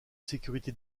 sécurité